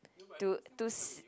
to to